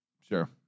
Sure